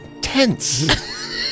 tense